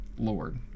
Lord